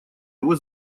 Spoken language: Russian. его